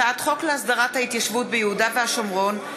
הצעת חוק להסדרת ההתיישבות ביהודה והשומרון,